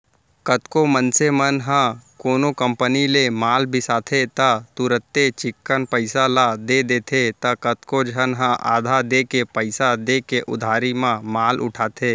कतको मनसे मन ह कोनो कंपनी ले माल बिसाथे त तुरते चिक्कन पइसा ल दे देथे त कतको झन ह आधा देके पइसा देके उधारी म माल उठाथे